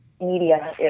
Media